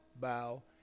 bow